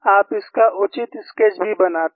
आप इसका उचित स्केच भी बनाते हैं